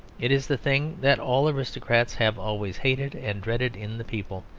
it is the thing that all aristocrats have always hated and dreaded in the people.